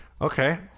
Okay